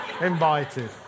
invited